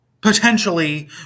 potentially